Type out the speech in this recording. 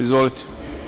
Izvolite.